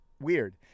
weird